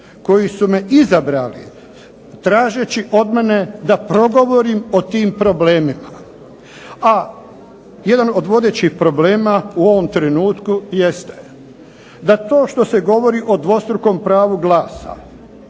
koji su me izabrali tražeći od mene da progovorim o tim problemima. A jedan od vodećih problema u ovom trenutku jest da to što se govori o dvostrukom pravu glasa